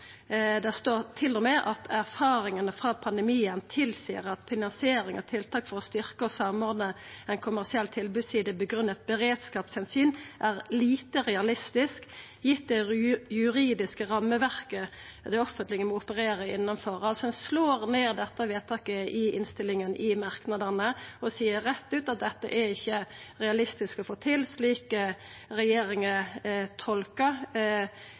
at «erfaringene fra pandemien tilsier at finansiering av tiltak for å styrke og samordne en kommersiell tilbudsside begrunnet med beredskapshensyn er lite realistisk, gitt det juridiske rammeverket som det offentlige må operere innenfor.» Ein slår altså ned dette vedtaket i merknadene i innstillinga og seier rett ut at dette er det ikkje realistisk å få til slik